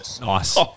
Nice